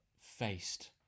faced